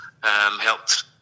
helped